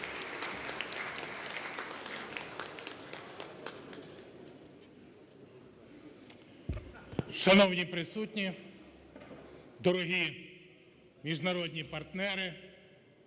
Шановні присутні! Дорогі міжнародні партнери!